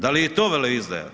Da li je i to veleizdaja?